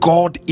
God